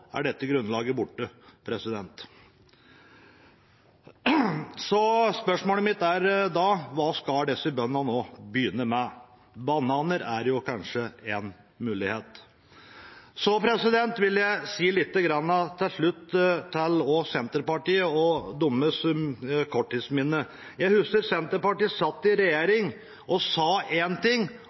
er dette grunnlaget borte. Spørsmålet mitt er da: Hva skal disse bøndene nå begynne med? Bananer er kanskje en mulighet. Så vil jeg si lite grann om Senterpartiet og deres korttidsminne. Jeg husker at Senterpartiet satt i regjering og sa én ting